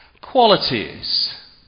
qualities